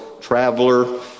traveler